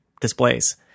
displays